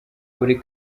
buri